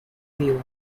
see